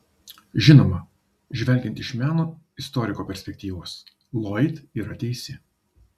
žinoma žvelgiant iš meno istoriko perspektyvos loyd yra teisi